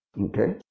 Okay